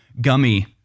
gummy